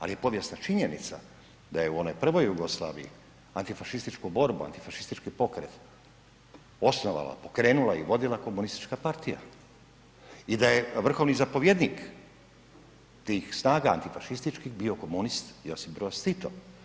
Ali je povijesna činjenica da je u onoj prvoj Jugoslaviji, antifašistička borba, antifašistički pokret osnovala, pokrenula i vodila Komunistička partija i da je vrhovni zapovjednik tih snaga antifašističkih, bio komunist Josip Broz Tito.